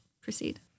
Proceed